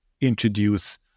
introduce